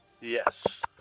Yes